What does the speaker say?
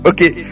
Okay